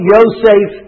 Yosef